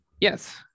Yes